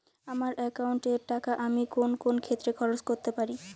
আমার একাউন্ট এর টাকা আমি কোন কোন ক্ষেত্রে খরচ করতে পারি?